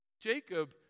Jacob